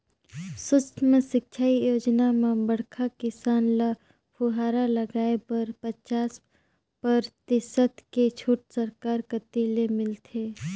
सुक्ष्म सिंचई योजना म बड़खा किसान ल फुहरा लगाए बर पचास परतिसत के छूट सरकार कति ले मिलथे